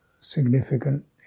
significant